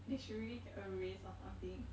they should really get a raise or something